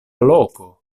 loko